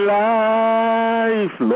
life